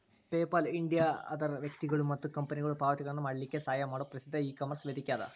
PayPal India other ವ್ಯಕ್ತಿಗೊಳು ಮತ್ತ ಕಂಪನಿಗೊಳು ಪಾವತಿಗಳನ್ನ ಮಾಡಲಿಕ್ಕೆ ಸಹಾಯ ಮಾಡೊ ಪ್ರಸಿದ್ಧ ಇಕಾಮರ್ಸ್ ವೇದಿಕೆಅದ